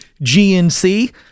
GNC